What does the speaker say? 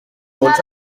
punts